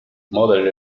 model